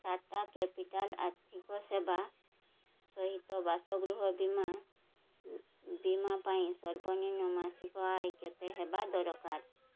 ଟାଟା କ୍ୟାପିଟାଲ୍ ଆର୍ଥିକ ସେବା ସହିତ ବାସଗୃହ ବୀମା ବୀମା ପାଇଁ ସର୍ବନିମ୍ନ ମାସିକ ଆୟ କେତେ ହେବା ଦରଳାର